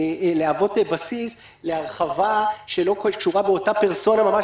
להוות בסיס להרחבה שלא קשורה באותה פרסונה ממש,